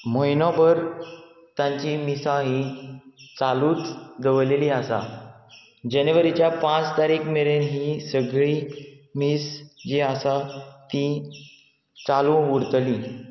म्हयनो भर तांची मिसां ही चालूच दवरलेली आसा जेनवरीच्या पांच तारीख मेरेन ही सगळी मीस जी आसा ती चालू उरतली